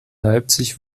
leipzig